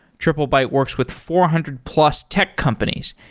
triplebyte works with four hundred plus tech companies,